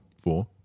Four